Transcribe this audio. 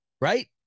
right